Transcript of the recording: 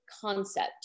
concept